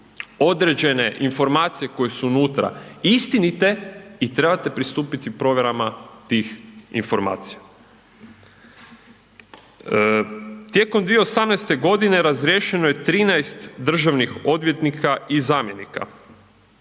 određene informacije koje su unutra istinite i trebate pristupiti provjerama tih informacija. Tijekom 2018.-te godine razriješeno je 13 državnih odvjetnika i zamjenika,